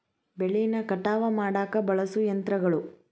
ಬೆಳಿನ ಕಟಾವ ಮಾಡಾಕ ಬಳಸು ಯಂತ್ರಗಳು